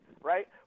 right